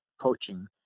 coaching